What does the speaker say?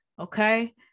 okay